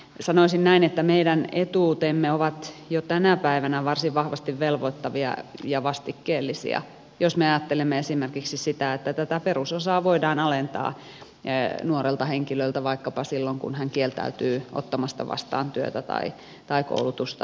sanoisin näin että meidän etuutemme ovat jo tänä päivänä varsin vahvasti velvoittavia ja vastikkeellisia jos me ajattelemme esimerkiksi sitä että tätä perusosaa voidaan alentaa nuorelta henkilöltä vaikkapa silloin kun hän kieltäytyy ottamasta vastaan työtä tai koulutusta